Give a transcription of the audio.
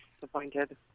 disappointed